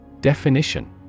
Definition